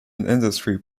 industry